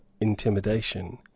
intimidation